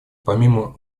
помимо